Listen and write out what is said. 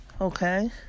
Okay